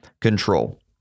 control